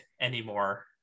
anymore